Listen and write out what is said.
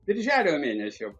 birželio mėnesio